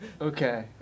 Okay